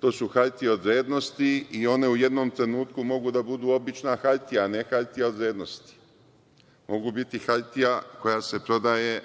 to su hartije od vrednosti i one u jednom trenutku mogu da budu obična hartija, a ne hartija od vrednosti. Mogu biti hartija koja se prodaje